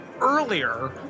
earlier